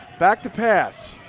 back to pass,